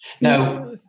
now